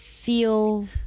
feel